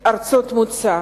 מארצות המוצא,